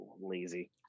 lazy